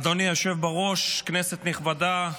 אדוני היושב בראש, כנסת נכבדה,